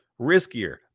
riskier